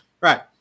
Right